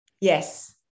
Yes